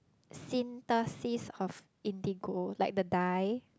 synthesis of indigo like the dye